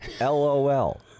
LOL